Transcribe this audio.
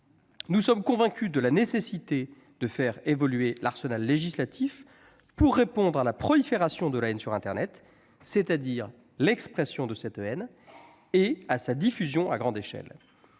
Nous sommes convaincus de la nécessité de faire évoluer l'arsenal législatif pour répondre à la prolifération de la haine sur internet, c'est-à-dire à l'expression et à la diffusion de cette